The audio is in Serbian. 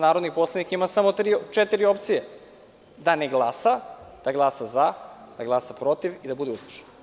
Narodni poslanik ima samo četiri opcije: da ne glasa, da glasa za, da glasa protiv i da bude uzdržan.